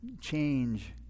change